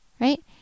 Right